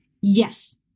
Yes